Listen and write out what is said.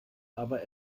aber